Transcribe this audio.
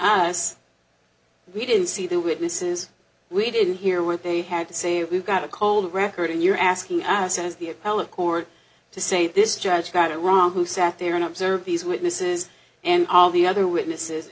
us we didn't see the witnesses we didn't hear what they had to say we've got a cold record and you're asking and says the appellate court to say this judge not a wrong who sat there and observe these witnesses and all the other witnesses